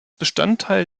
bestandteil